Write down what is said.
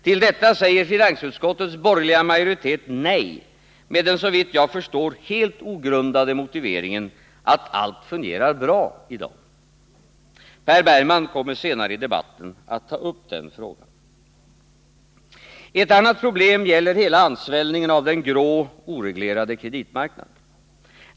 Till detta säger finansutskottets borgerliga majoritet nej med den, såvitt jag förstår, helt ogrundade motiveringen att allt i dag fungerar bra. Per Bergman kommer senare i debatten att ta upp den frågan. Ett annat problem gäller hela ansvällningen av den grå, oreglerade kreditmarknaden.